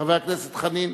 חבר הכנסת חנין,